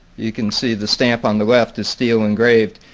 you can see the stamp on the left is steel engraved,